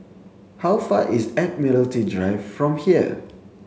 how far is Admiralty Drive from here